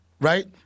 right